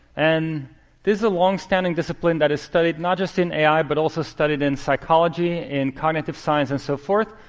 and this is a long-standing discipline that is studied not just in ai, but also studied in psychology, in cognitive science, and so forth,